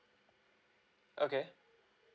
okay